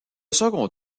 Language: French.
second